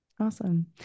Awesome